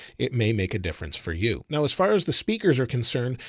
it may make a difference for you. now, as far as the speakers are concerned,